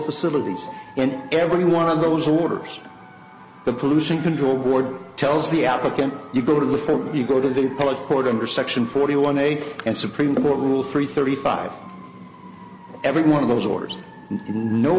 facilities and every one of those orders the pollution control board tells the applicant you go to the phone you go to the appellate court under section forty one eight and supreme court rule three thirty five every one of those orders no